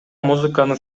музыканы